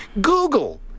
Google